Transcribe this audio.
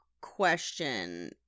question